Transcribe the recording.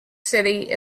city